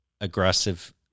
aggressive